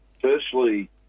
Firstly